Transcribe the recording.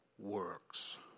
works